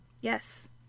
Yes